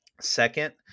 Second